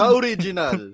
original